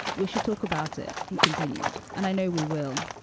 we should talk about it, he continued, and i know we will,